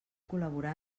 col·laborar